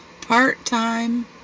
Part-time